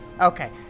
Okay